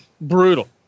brutal